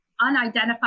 unidentified